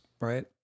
right